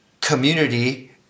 community